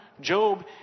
Job